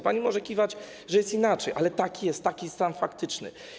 Pani może kiwać, że jest inaczej, ale tak jest, taki jest stan faktyczny.